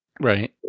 right